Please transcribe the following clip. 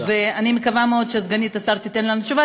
אני מקווה מאוד שסגנית השר תיתן לנו תשובה,